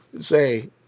Say